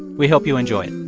we hope you enjoy it